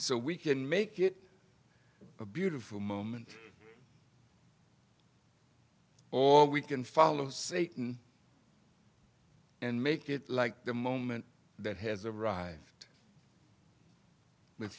so we can make it a beautiful moment or we can follow say and make it like the moment that has arrived